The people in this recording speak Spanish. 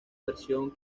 versión